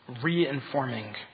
re-informing